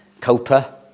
Copa